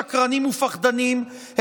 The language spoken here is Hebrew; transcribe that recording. שקרנים ופחדנים,